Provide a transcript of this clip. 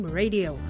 radio